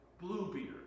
Bluebeard